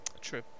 True